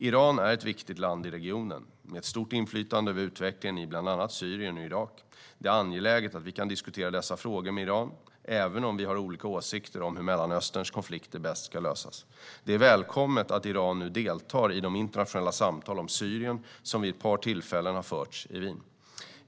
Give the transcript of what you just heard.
Iran är ett viktigt land i regionen, med ett stort inflytande över utvecklingen i bland annat Syrien och Irak. Det är angeläget att vi kan diskutera dessa frågor med Iran, även om vi har olika åsikter om hur Mellanösterns konflikter bäst ska lösas. Det är välkommet att Iran nu deltar i de internationella samtal om Syrien som vid ett par tillfällen har förts i Wien.